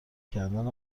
کردن